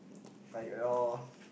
like you all